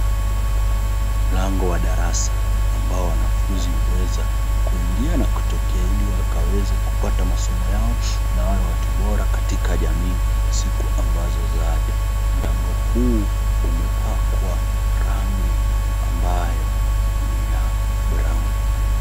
Mlango wa darasa ambao wanafunzi, huwezi kuingia na kutokea ili wakaweze kupata masomo yao na wawe watu bora katika jamii siku ambazo zaja. Mlango huu umepakwa rangi ambayo ni ya brown .